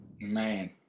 Man